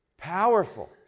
Powerful